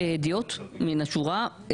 אני כהדיוט מן השורה,